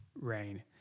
rain